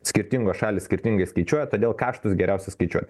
skirtingos šalys skirtingai skaičiuoja todėl kaštus geriausia skaičiuo